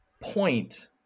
point